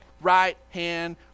right-hand